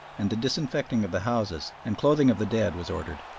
and the disinfecting of the houses and clothing of the dead was ordered.